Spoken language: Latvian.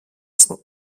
esmu